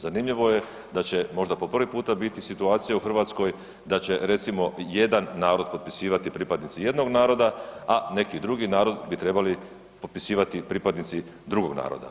Zanimljivo je da će možda po prvi puta biti situacija u Hrvatskoj da će recimo jedan narod popisivati pripadnici jednog naroda, a neki drugi narod bi trebali popisivati pripadnici drugog naroda.